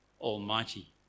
Almighty